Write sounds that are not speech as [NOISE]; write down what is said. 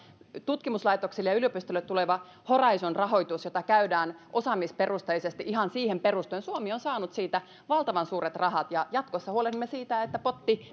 tutkimuslaitoksille ja yliopistoille tulevasta horizon rahoituksesta jota saadaan osaamisperusteisesti ihan siihen perustuen suomi on saanut valtavan suuret rahat ja jatkossa huolehdimme siitä että potti [UNINTELLIGIBLE]